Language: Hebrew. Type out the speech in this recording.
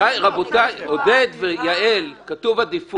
כתוב עדיפות.